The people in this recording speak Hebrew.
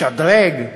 לשדרג,